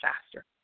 faster